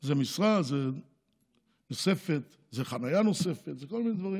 זה משרה נוספת, זו חניה נוספת, וכל מיני דברים